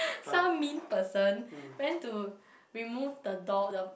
some mean person went to remove the door the